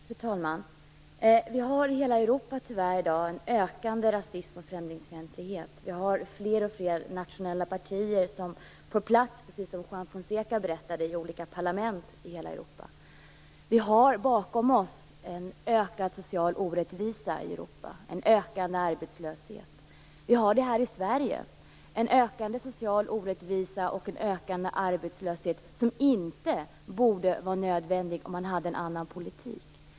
Fru talman! Vi har tyvärr i hela Europa i dag en ökande rasism och främlingsfientlighet. Fler och fler nationella partier är - precis som Juan Fonseca berättade - på plats i olika parlament i hela Europa. Vi har bakom oss en ökande social orättvisa och en ökande arbetslöshet i Europa. I Sverige har vi också en ökande social orättvisa och en ökande arbetslöshet som inte borde vara nödvändig om man förde en annan politik.